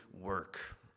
work